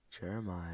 jeremiah